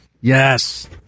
Yes